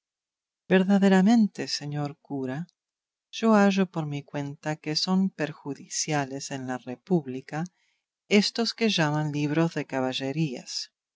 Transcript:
verdaderamente señor cura yo hallo por mi cuenta que son perjudiciales en la república estos que llaman libros de caballerías